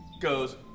goes